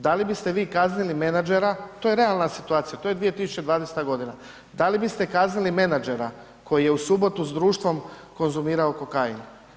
Da li bi vi kaznili menadžera, to je realna situacija, to je 2020.g., da li biste kaznili menadžera koji je u subotu s društvom konzumirao kokain?